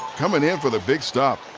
coming in for the big stop.